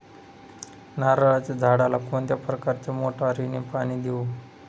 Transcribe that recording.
नारळाच्या झाडाला कोणत्या प्रकारच्या मोटारीने पाणी देऊ?